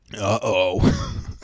Uh-oh